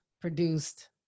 produced